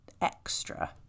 extra